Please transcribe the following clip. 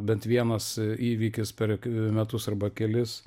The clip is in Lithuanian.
bent vienas įvykis per metus arba kelis